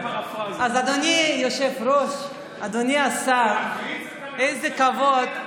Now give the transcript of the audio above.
אדוני היושב-ראש, אדוני השר, איזה כבוד,